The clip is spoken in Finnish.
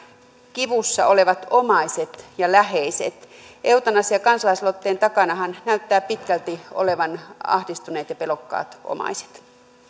kivussa olevat omaiset ja läheiset eutanasia kansalaisaloitteen takanahan näyttää pitkälti olevan ahdistuneet ja pelokkaat omaiset